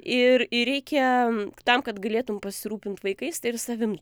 ir ir reikia tam kad galėtum pasirūpint vaikais tai ir savim